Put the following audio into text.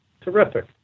Terrific